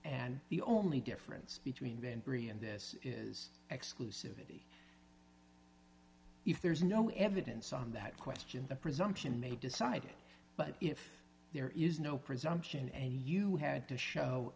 and the only difference between then and this is exclusivity if there is no evidence on that question the presumption may decide it but if there is no presumption and you have to show